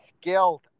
skilled